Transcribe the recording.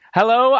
Hello